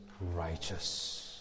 righteous